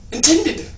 Intended